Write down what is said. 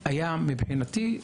מבחינתי,